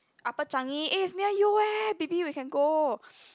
Upper Changi eh it's near you eh baby we can go